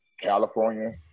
California